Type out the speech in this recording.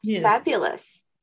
fabulous